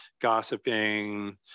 gossiping